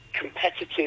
competitive